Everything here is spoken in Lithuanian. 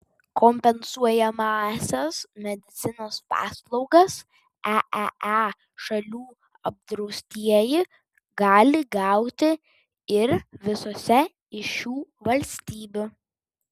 kompensuojamąsias medicinos paslaugas eee šalių apdraustieji gali gauti ir visose iš šių valstybių